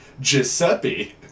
Giuseppe